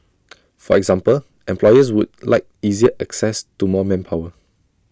for example employers would like easier access to more manpower